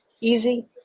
easy